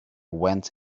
went